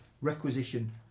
requisition